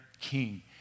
king